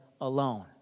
alone